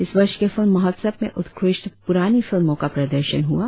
इस वर्ष के फिल्म महोत्सव में उत्कृष्ट पुरानी फिल्मों का प्रदर्शन हुआ